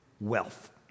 wealth